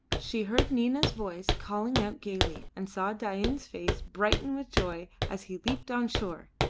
she heard nina's voice calling out gaily, and saw dain's face brighten with joy as he leaped on shore.